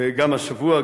וגם השבוע,